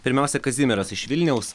pirmiausia kazimieras iš vilniaus